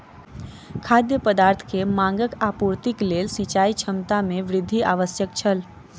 खाद्य पदार्थ के मांगक आपूर्तिक लेल सिचाई क्षमता में वृद्धि आवश्यक छल